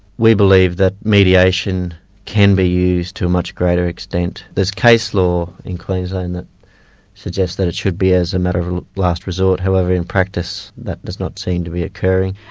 we believe that mediation can be used to a much greater extent. there's case law in queensland that suggests that it should be as a matter of ah last resort, however in practice, that does not seem to be occurring.